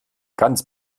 ganz